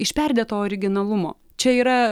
iš perdėto originalumo čia yra